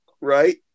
Right